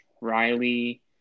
Riley